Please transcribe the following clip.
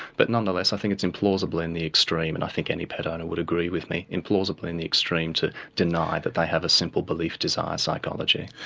but nonetheless i think it's implausible in the extreme, and i think any pet owner would agree with me, implausible in the extreme to deny that they have a simple belief desire psychology.